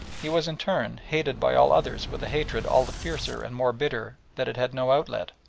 he was in turn hated by all others with a hatred all the fiercer and more bitter that it had no outlet.